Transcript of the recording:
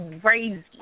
crazy